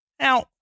Now